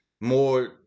more